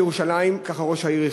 בירושלים כך ראש העיר הכריע,